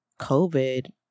COVID